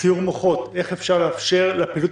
סיעור מוחות איך לאפשר לפעילות